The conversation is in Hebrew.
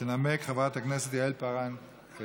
תנמק חברת הכנסת יעל כהן-פארן.